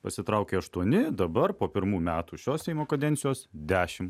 pasitraukė aštuoni dabar po pirmų metų šios seimo kadencijos dešimt